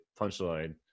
punchline